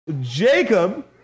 Jacob